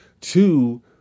Two